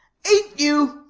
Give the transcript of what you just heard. ain't you,